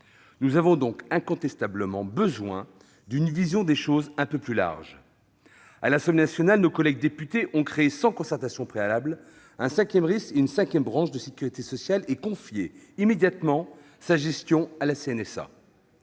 Nous avons donc incontestablement besoin d'une vision des choses un peu plus large. À l'Assemblée nationale, nos collègues députés ont créé, sans concertation préalable, un cinquième risque et une cinquième branche de la sécurité sociale, et ils ont confié immédiatement sa gestion à la CNSA.